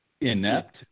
inept